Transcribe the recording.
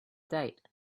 date